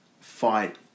fight